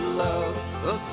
love